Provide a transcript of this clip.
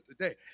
today